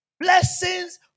Blessings